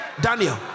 Daniel